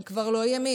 הם כבר לא ימין.